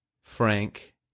Frank